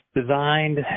designed